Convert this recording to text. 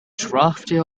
drafty